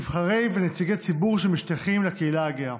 נבחרי ונציגי ציבור שמשתייכים לקהילה הגאה.